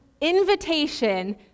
invitation